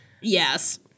Yes